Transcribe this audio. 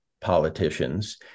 politicians